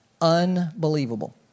Unbelievable